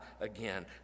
again